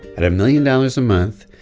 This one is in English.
at a million dollars a month,